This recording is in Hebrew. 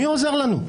מי עוזר לנו?